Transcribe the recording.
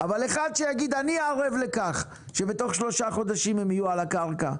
אבל אחד שיגיד שהוא ערב לכך שבתוך שלושה חודשים הם יהיו על הקרקע,